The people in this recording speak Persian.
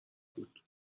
بود